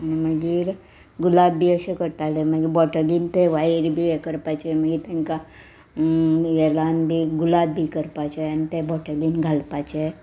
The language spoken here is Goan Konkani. आनी मागीर गुलाब बी अशें करताले मागीर बोटलीन थंय वायर बी हें करपाचें मागीर तेंकां येलान बी गुलाब बी करपाचें आनी तें बोटलीन घालपाचें